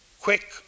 quick